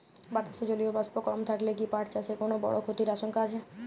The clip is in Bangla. বাতাসে জলীয় বাষ্প কম থাকলে কি পাট চাষে কোনো বড় ক্ষতির আশঙ্কা আছে?